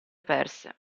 perse